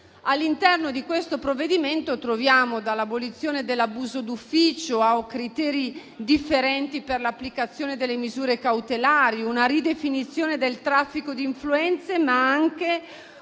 All'interno di questo provvedimento troviamo l'abolizione dell'abuso d'ufficio, criteri differenti per l'applicazione delle misure cautelari, una ridefinizione del traffico di influenze, ma anche